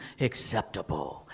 acceptable